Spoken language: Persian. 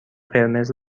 قرمز